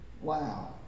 Wow